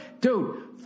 Dude